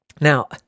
Now